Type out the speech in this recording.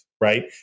right